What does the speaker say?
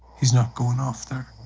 he's not going off there.